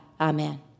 Amen